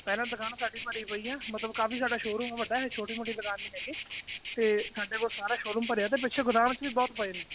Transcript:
ਪਹਿਲਾਂ ਦੁਕਾਨ ਸਾਡੀ ਭਰੀ ਪਈ ਆ ਮਤਲਬ ਕਾਫੀ ਸਾਡਾ ਸ਼ੋਰੂਮ ਵੱਡਾ ਛੋਟੀ ਮੋਟੀ ਦੁਕਾਨ ਨਹੀਂ ਹੈਗੀ ਤੇ ਸਾਡੇ ਕੋਲ ਸਾਰਾ ਸ਼ੋਰੂਮ ਭਰਿਆ ਤੇ ਪਿੱਛੇ ਗੁਦਾਮ ਚ ਵੀ ਬਹੁਤ ਪਏ ਨੇ